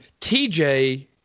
TJ